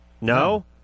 No